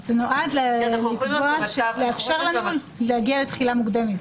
זה נועד לאפשר לנו להגיע לתחילה מוקדמת.